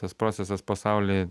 tas procesas pasauly